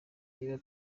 niba